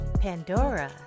Pandora